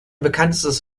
bekanntestes